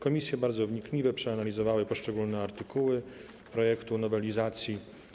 Komisje bardzo wnikliwie przeanalizowały poszczególne artykuły projektu nowelizacji.